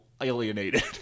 alienated